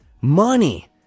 Money